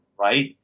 right